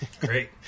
great